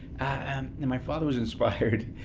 um and my father was inspired,